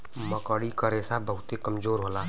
मकड़ी क रेशा बहुते कमजोर होला